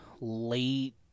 late